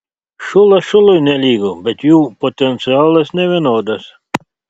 šulas šului nelygu bet jų potencialas nevienodas